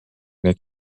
neid